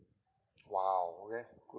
!wow! okay good